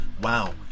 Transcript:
Wow